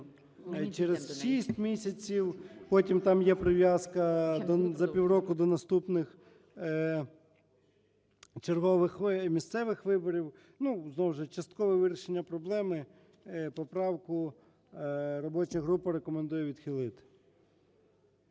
через 6 місяців. Потім там є прив'язка за півроку до наступних чергових місцевих виборів. Ну, знову ж, часткове вирішення проблеми, поправку робоча група рекомендує відхилити.